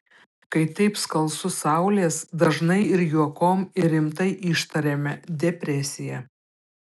kai taip skalsu saulės dažnai ir juokom ir rimtai ištariame depresija